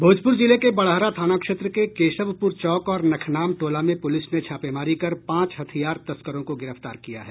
भोजपूर जिले के बड़हरा थाना क्षेत्र के केशवपूर चौक और नखनाम टोला में प्रलिस ने छापेमारी कर पांच हथियार तस्करों को गिरफ्तार किया है